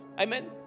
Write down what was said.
Amen